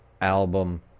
album